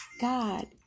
God